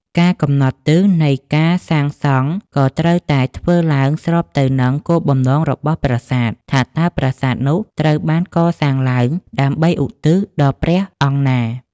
ការកំណត់ទិសនៃការសាងសង់ក៏ត្រូវតែធ្វើឡើងស្របទៅនឹងគោលបំណងរបស់ប្រាសាទ ថាតើប្រាសាទនោះត្រូវបានកសាងឡើងដើម្បីឧទ្ទិសដល់ព្រះអង្គណា។